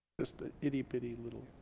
just a itty-bitty little